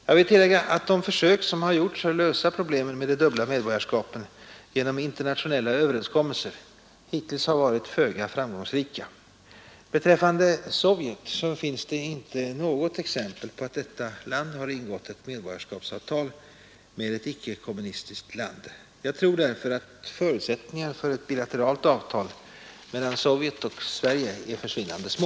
Jag vill tillägga att de försök, som gjorts att lösa problemen med de dubbla medborgarskapen genom internationella överenskommelser, hittills varit föga framgångsrika. Beträffande Sovjet finns det inte något exempel på att detta land ingått ett medborgarskapsavtal med ett icke-kommunistiskt land. Jag tror därför att förutsättningar för ett bilateralt avtal mellan Sovjet och Sverige är försvinnande små.